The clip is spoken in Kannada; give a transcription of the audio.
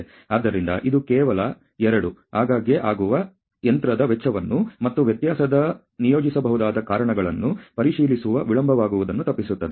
ಆದ್ದರಿಂದ ಇದು ಕೇವಲ 2 ಆಗಾಗ್ಗೆ ಆಗುವ ಯಂತ್ರದ ವೆಚ್ಚವನ್ನು ಮತ್ತು ವ್ಯತ್ಯಾಸದ ನಿಯೋಜಿಸಬಹುದಾದ ಕಾರಣಗಳನ್ನು ಪರಿಶೀಲಿಸುವ ವಿಳಂಬವಾಗುವುದನ್ನು ತಪ್ಪಿಸುತ್ತದೆ